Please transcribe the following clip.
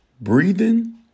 breathing